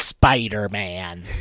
Spider-Man